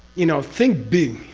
you know, think big!